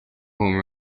home